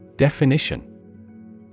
Definition